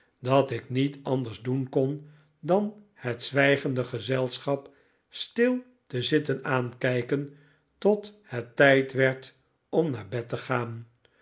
dat ik niet anders doen kon dan het zwijgende gezelschap stil te zitten aankijken tot het tijd werd om naar bed te gaan